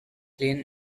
clean